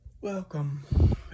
Welcome